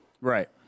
Right